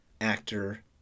actor